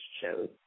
shows